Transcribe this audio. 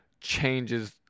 changes